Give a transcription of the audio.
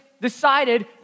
decided